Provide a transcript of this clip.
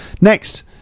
next